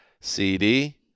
CD